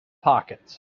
pockets